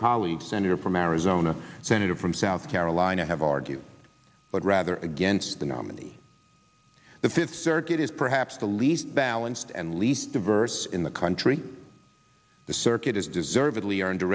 colleagues senator from arizona senator from south carolina have argue but rather against the nominee the fifth circuit is perhaps the least balanced and least diverse in the free the circuit has deservedly earned a